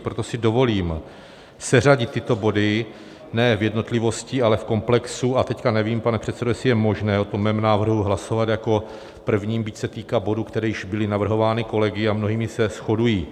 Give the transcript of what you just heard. Proto si dovolím seřadit tyto body ne v jednotlivosti, ale v komplexu, a teď nevím, pane předsedo, jestli je možné o mém návrhu hlasovat jako o prvním, byť se týká bodů, které byly navrhovány kolegy a s mnohými se shodují.